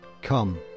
Come